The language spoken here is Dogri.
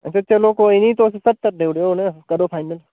ते फेर चलो कोई नी तुस सत्तर देई ओडे़यो हून करो फाइनल